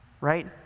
right